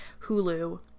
hulu